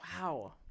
Wow